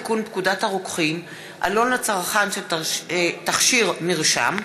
הצעת חוק לתיקון פקודת הרוקחים (עלון לצרכן של תכשיר מרשם),